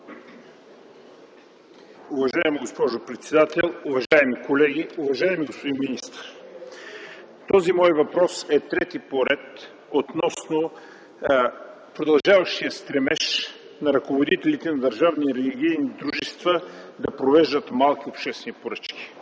Уважаема госпожо председател, уважаеми колеги! Уважаеми господин министър, този мой въпрос е трети поред относно продължаващия стремеж на ръководителите на държавни енергийни дружества да провеждат малки обществени поръчки.